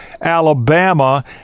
Alabama